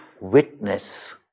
witness